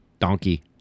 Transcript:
Donkey